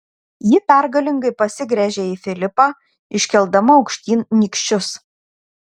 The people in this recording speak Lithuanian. ji pergalingai pasigręžė į filipą iškeldama aukštyn nykščius